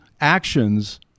actions